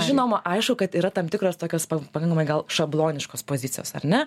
žinoma aišku kad yra tam tikros tokios pa pakankamai gal šabloniškos pozicijos ar ne